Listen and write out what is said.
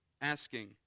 asking